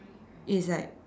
it's like